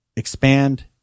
Expand